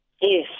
Yes